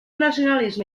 nacionalisme